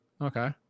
okay